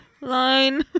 Line